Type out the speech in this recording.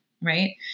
right